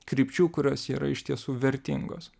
krypčių kurios yra iš tiesų vertingos